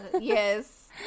yes